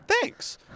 thanks